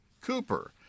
Cooper